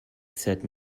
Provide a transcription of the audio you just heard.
said